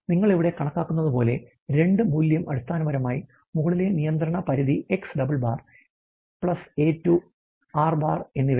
നിങ്ങൾക്ക് ഇവിടെ കാണാനാകുന്നതുപോലെ 2 മൂല്യം അടിസ്ഥാനപരമായി മുകളിലെ നിയന്ത്രണ പരിധി X DOUBLE bar PLUS A 2 R bar എന്നിവയാണ്